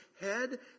head